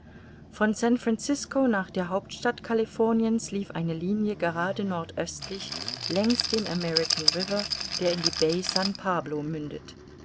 von san francisco nach der hauptstadt californiens lief eine linie gerade nordöstlich längs dem american river der in die bai san pablo mündet